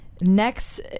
Next